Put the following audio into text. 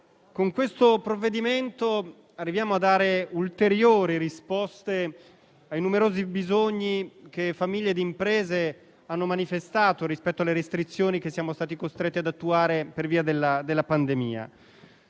con questo provvedimento arriviamo a dare ulteriori risposte ai numerosi bisogni che famiglie e imprese hanno manifestato rispetto alle restrizioni che siamo stati costretti ad attuare per via della pandemia.